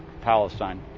Palestine